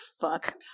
fuck